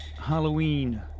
Halloween